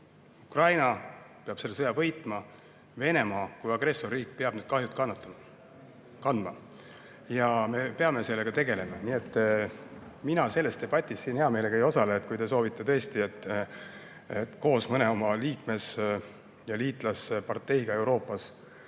Ukraina peab selle sõja võitma, Venemaa kui agressorriik peab need kahjud kandma ja me peame sellega tegelema. Nii et mina selles debatis hea meelega ei osale. Kui te soovite tõesti koos mõne oma liitlasparteiga Euroopas